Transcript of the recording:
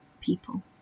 people